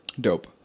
Dope